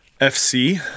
FC